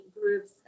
groups